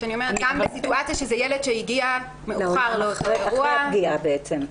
גם בסיטואציה שזה ילד שהגיע מאוחר לאותו אירוע --- אחרי הפגיעה בעצם.